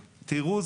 תראו,